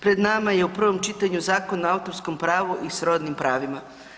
Pred nama je u prvom čitanju Zakon o autorskom pravu i srodnim pravima.